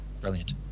brilliant